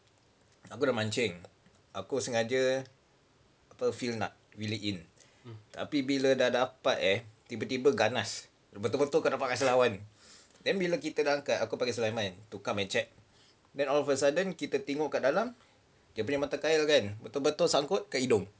aku dah mancing aku sengaja feel nak reel in tapi bila dah dapat eh tiba-tiba ganas betul-betul kau dapat rasa lawan bila kita dah angkat aku panggil sulaiman to come and check then all of a sudden kita tengok kat dalam dia punya mata kail kan betul-betul sangkut kat hidung